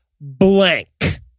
blank